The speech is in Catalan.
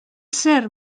ser